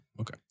Okay